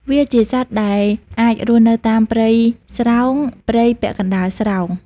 វាជាសត្វដែលអាចរស់នៅតាមព្រៃស្រោង ព្រៃពាក់កណ្តាលស្រោង។